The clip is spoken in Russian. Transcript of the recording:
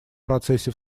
процессе